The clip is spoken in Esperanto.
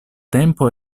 tempo